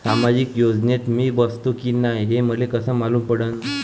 सामाजिक योजनेत मी बसतो की नाय हे मले कस मालूम पडन?